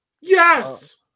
Yes